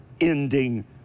ending